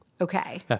Okay